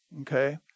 okay